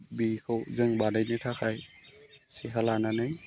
बेखौ जों बानायनो थाखाय सेखा लानानै